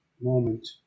moment